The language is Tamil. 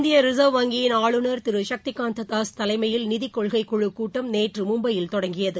இந்திய ரிசர்வ் வங்கியின் ஆளுநர் திரு சக்தி கந்ததாஸ் தலைமையில் நிதிக்கொள்கை குழு கூட்டம் நேற்று மும்பையில் தொடங்கியது